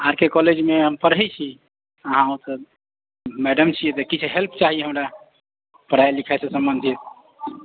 आर K कॉलेजमे हम पढ़ैत छी अहाँ तऽ मैडम छियै तऽ किछु हेल्प चाही हमरा पढ़ाइ लिखाइ से संबंधित